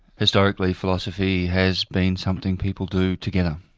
historically, philosophy has been something people do together,